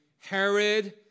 Herod